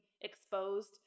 exposed